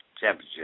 Championship